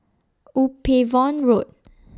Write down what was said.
Upavon Road